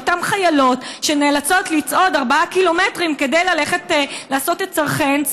לאותן חיילות שנאלצות לצעוד ארבעה קילומטרים כדי ללכת לעשות את צורכיהן.